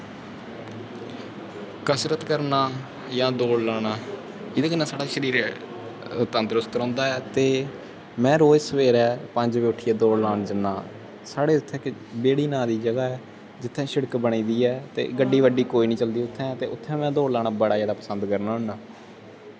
कसरत करना जां दौड़ लाना एह्दे कन्नै साढ़ा शरीर तंदरुस्त रौंह्दा ऐ ते में रोज सवैरे पंज बजे उट्ठियै दौड़ लान जन्ना ते साढ़े उत्थै बेह्ड़ी नांऽ दी जगह ऐ उत्थै शिड़क बनी दी ऐ ते गड्डी बड्डी कोई निं चलदी उत्थै ते उत्थें गै दौड़ लान्ना बड़ा जादै पसंद करना होन्ना